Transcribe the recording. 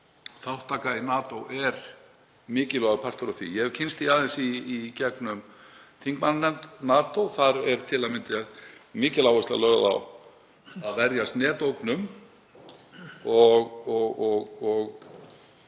Þátttaka í NATO er mikilvægur partur af því. Ég hef kynnst því aðeins í gegnum þingmannanefnd NATO. Þar er til að mynda mikil áhersla lögð á að verjast netógnum og